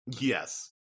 Yes